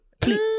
Please